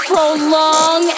Prolong